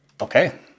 Okay